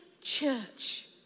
church